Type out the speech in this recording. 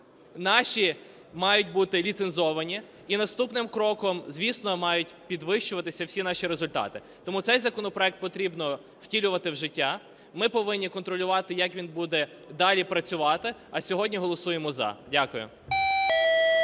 Наші мають бути ліцензовані, і наступним кроком, звісно, мають підвищуватися всі наші результати. Тому цей законопроект потрібно втілювати в життя, ми повинні контролювати як він буде далі працювати, а сьогодні голосуємо "за". Дякую.